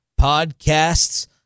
podcasts